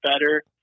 better